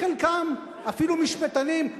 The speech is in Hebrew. חלקם אפילו משפטנים,